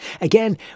Again